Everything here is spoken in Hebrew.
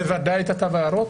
בוודאי לתו הירוק.